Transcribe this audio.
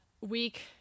week